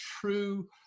true